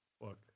Look